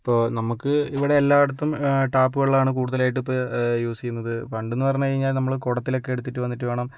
ഇപ്പോൾ നമുക്ക് ഇവിടെ എല്ലായിടത്തും ടാപ്പുകളിലാണ് കൂടുതലായിട്ട് ഇപ്പം യൂസ് ചെയ്യുന്നത് പണ്ടെന്ന് പറഞ്ഞു കഴിഞ്ഞാൽ നമ്മള് കുടത്തിലൊക്കെ എടുത്തിട്ട് വന്നിട്ട് വേണം